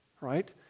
Right